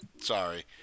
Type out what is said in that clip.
sorry